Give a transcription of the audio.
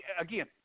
again